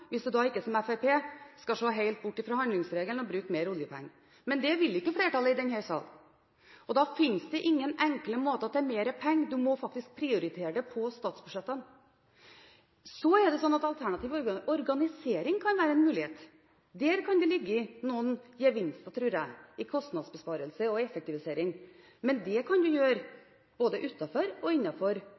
hvis man ikke skal gjøre som Fremskrittspartiet og bare se bort fra handlingsregelen og bruke mer oljepenger. Men det vil ikke flertallet i denne salen, og da finnes det ingen enkle måter for å få mer penger, man må faktisk prioritere det på statsbudsjettet. Så er det slik at alternativ organisering kan være en mulighet. Der kan det ligge noen gevinster, tror jeg, i kostnadsbesparelse og i effektivisering, men det kan man gjøre både utenfor og